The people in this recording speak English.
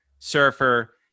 surfer